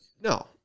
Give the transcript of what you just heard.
No